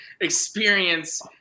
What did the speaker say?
experience